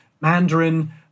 Mandarin